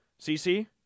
CC